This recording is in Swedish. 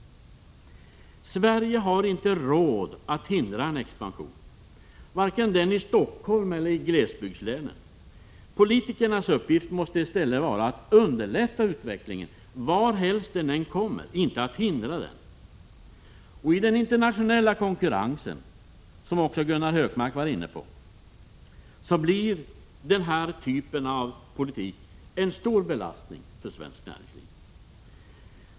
Sverige har inte råd att hindra en expansion — varken i Stockholm eller i glesbygdslänen. Politikernas uppgift måste i stället vara att underlätta utveckling varhelst den uppkommer =— inte att hindra den. I den internationella konkurrensen, som också Gunnar Hökmark var inne på, blir den här typen av politik en stor belastning för svenskt näringsliv.